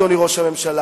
אדוני ראש הממשלה,